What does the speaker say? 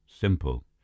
Simple